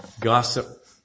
Gossip